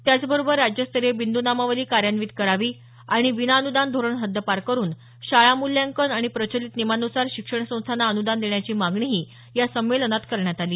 त्याचबरोबर राज्यस्तरीय बिंदू नामावली कार्यान्वित करावी आणि विना अनुदान धोरण हद्दपार करून शाळा मूल्यांकन आणि प्रचलित नियमांनुसार शिक्षण संस्थांना अनुदान देण्याची मागणीही या संमेलनात करण्यात आली